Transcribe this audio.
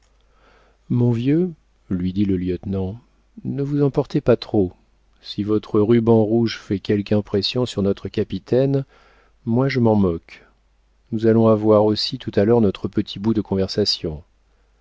mon vieux lui dit le lieutenant ne vous emportez pas trop si votre ruban rouge fait quelque impression sur notre capitaine moi je m'en moque nous allons avoir aussi tout à l'heure notre petit bout de conversation